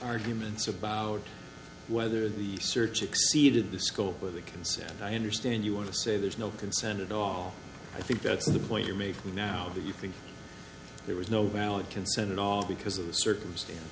arguments about whether the search exceeded the scope of the consent and i understand you want to say there's no consent at all i think that's the point you're making now that you think there was no valid concern at all because of the circumstance